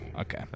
Okay